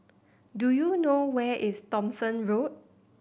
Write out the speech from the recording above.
do you know where is Thomson Road